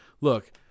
Look